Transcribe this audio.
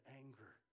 anger